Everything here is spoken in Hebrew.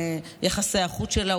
ביחסי החוץ שלה,